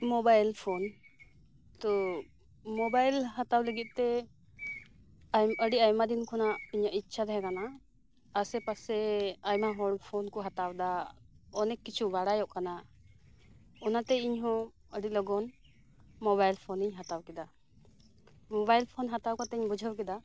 mobile phone ᱛᱚ mobile ᱦᱟᱛᱟᱣ ᱞᱟᱹᱜᱤᱫ ᱛᱮ ᱟᱭᱢᱟ ᱟᱹᱰᱤ ᱟᱭᱢᱟ ᱫᱤᱱ ᱠᱷᱚᱱᱟᱜ ᱤᱧᱟᱜ ᱤᱪᱪᱷᱟ ᱛᱟᱦᱮᱸ ᱠᱟᱱᱟ ᱟᱥᱮ ᱯᱟᱥᱮ ᱟᱭᱢᱟ ᱦᱚᱲ ᱯᱷᱳᱱ ᱠᱚ ᱦᱟᱛᱟᱣ ᱮᱫᱟ ᱚᱱᱮᱠ ᱠᱤᱪᱷᱩ ᱵᱟᱲᱟᱭᱚᱜ ᱠᱟᱱᱟ ᱚᱱᱟᱛᱮ ᱤᱧ ᱦᱚᱸ ᱟᱹᱰᱤ ᱞᱚᱜᱚᱱ ᱢᱚᱵᱟᱭᱤᱞ ᱯᱷᱳᱱᱤᱧ ᱦᱟᱛᱟᱣ ᱠᱮᱫᱟ ᱢᱚᱵᱟᱭᱤᱞ ᱯᱷᱳᱱ ᱦᱟᱛᱟᱣ ᱠᱟᱛᱮᱫ ᱤᱧ ᱵᱩᱡᱷᱟᱹᱣ ᱠᱮᱫᱟ